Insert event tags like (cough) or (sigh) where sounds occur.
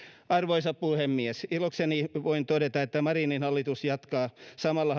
arvoisa puhemies ilokseni voin todeta että marinin hallitus jatkaa samalla (unintelligible)